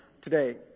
today